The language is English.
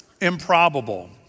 Improbable